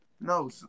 No